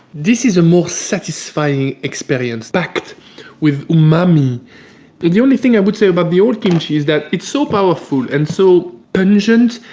this is a more satisfying experience. packed with umami the the only thing i would say about the old kimchi is that. it's so powerful and so pungent